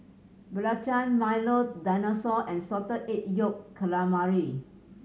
belacan Milo Dinosaur and Salted Egg Yolk Calamari